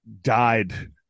died